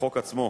בחוק עצמו.